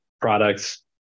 products